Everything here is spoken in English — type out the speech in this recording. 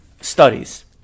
studies